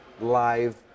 live